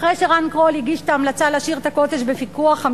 שאחרי שרן קרול הגיש את ההמלצה להשאיר את ה"קוטג'" 5% בפיקוח,